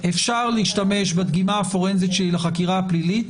אפשר להשתמש בדגימה הפורנזית שלי לחקירה הפלילית,